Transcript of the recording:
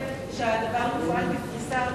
מחייב שהדבר יופעל בפריסה ארצית,